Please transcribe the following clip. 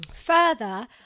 further